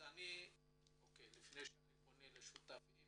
לפני שאפנה לשותפים